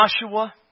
Joshua